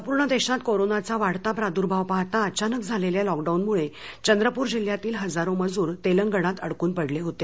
संपूर्ण देशात कोरोनाचा वाढता प्राद्भाव पाहता अचानक झालेल्या लॉकडाऊनमुळे चंद्रपूर जिल्ह्यातील हजारो मजूर तेलंगणात अडकून पडले होते